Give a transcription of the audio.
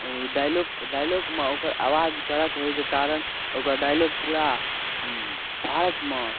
dialogue डाइलॉकमे ओकर आवाज करक होइके कारण ओकर डाइलॉक पूरा भारतमे